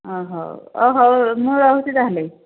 ହଁ ହଉ ହଁ ହଉ ମୁଁ ରହୁଛି ତା'ହେଲେ